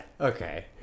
okay